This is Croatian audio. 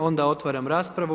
Onda otvaram raspravu.